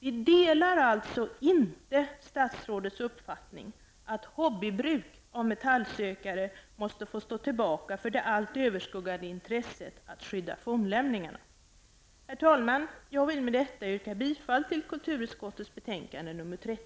Vi delar alltså inte statsrådets uppfattning att hobbybruk av metallsökare måste få stå tillbaka för det allt överskuggande intresset att skydda fornlämningarna. Herr talman! Jag vill med detta yrka bifall till kulturutskottets betänkande nr 30.